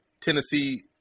Tennessee